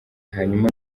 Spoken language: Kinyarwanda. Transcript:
hanyuma